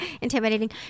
intimidating